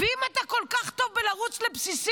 ואם אתה כל כך טוב בלרוץ לבסיסים,